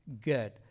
good